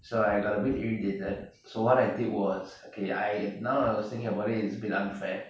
so I got a bit irritated so what I did was okay I have now I was thinking about it is a bit unfair